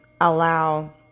allow